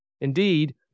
Indeed